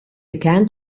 began